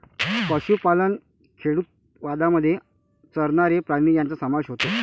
पशुपालन खेडूतवादामध्ये चरणारे प्राणी यांचा समावेश होतो